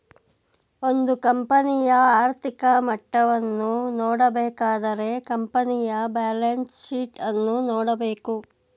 ಒಂದು ಕಂಪನಿಯ ಆರ್ಥಿಕ ಮಟ್ಟವನ್ನು ನೋಡಬೇಕಾದರೆ ಕಂಪನಿಯ ಬ್ಯಾಲೆನ್ಸ್ ಶೀಟ್ ಅನ್ನು ನೋಡಬೇಕು